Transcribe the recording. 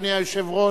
אדוני היושב-ראש,